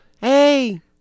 Hey